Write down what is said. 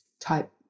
type